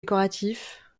décoratifs